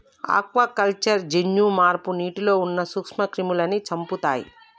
aquaculture జన్యు మార్పు నీటిలో ఉన్న నూక్ష్మ క్రిములని చెపుతయ్